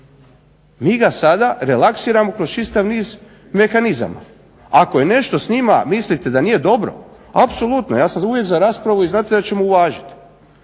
Mi ga sada relaksiramo kroz čitav niz mehanizama. Ako je nešto s njima mislite da nije dobro apsolutno ja sam uvijek za raspravu i znate da ćemo uvažiti.